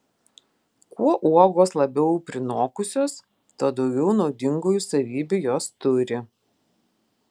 kuo uogos labiau prinokusios tuo daugiau naudingųjų savybių jos turi